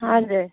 हजुर